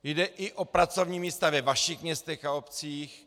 Jde i o pracovní místa ve vašich městech a obcích.